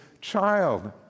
child